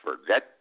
forget